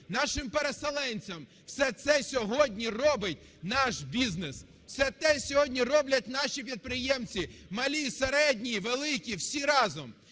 нашим переселенцям. Все це сьогодні робить наш бізнес, все це сьогодні роблять наші підприємці, малі, середні і великі, всі разом.